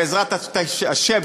בעזרת השם,